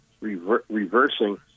reversing